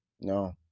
no